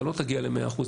אתה לא תגיע למאה אחוז,